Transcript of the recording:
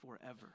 forever